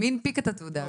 מי הנפיק את התעודה הזאת?